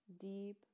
Deep